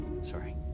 Sorry